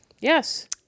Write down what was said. Yes